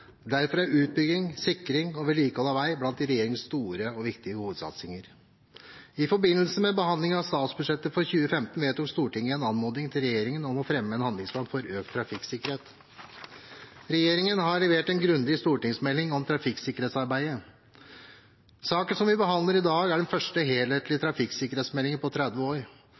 Derfor er utbygging, sikring og vedlikehold av vei blant regjeringens store og viktige hovedsatsinger. I forbindelse med behandlingen av statsbudsjettet for 2015 vedtok Stortinget en anmodning til regjeringen om å fremme en handlingsplan for økt trafikksikkerhet. Regjeringen har levert en grundig stortingsmelding om trafikksikkerhetsarbeidet. Saken vi behandler i dag, er den første helhetlige trafikksikkerhetsmeldingen på 30 år.